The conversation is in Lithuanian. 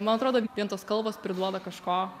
man atrodo vien tos kalvos priduoda kažko